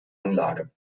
anlage